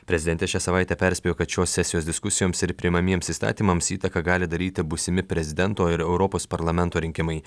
prezidentė šią savaitę perspėjo kad šios sesijos diskusijoms ir priimamiems įstatymams įtaką gali daryti būsimi prezidento ir europos parlamento rinkimai